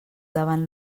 davant